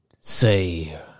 say